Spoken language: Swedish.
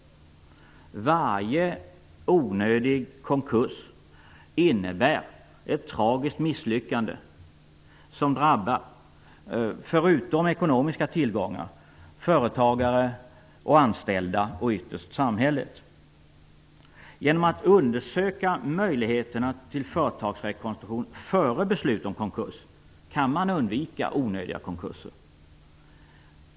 Varje onödig konkurs innebär ett tragiskt misslyckande som drabbar - förutom ekonomiska tillgångar - företagare och anställda och ytterst samhället. Genom att undersöka möjligheterna till företagsrekonstruktion före beslut om konkurs kan man undvika onödiga konkurser.